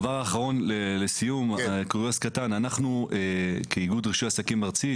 דבר אחרון לסיום קוריוז קטן: כאיגוד רישוי עסקים ארצי,